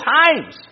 times